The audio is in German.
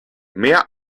mehr